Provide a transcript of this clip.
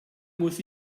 muss